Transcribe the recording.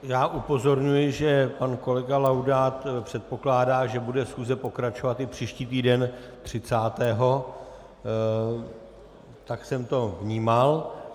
Já upozorňuji, že pan kolega Laudát předpokládá, že bude schůze pokračovat i příští týden třicátého, tak jsem to vnímal.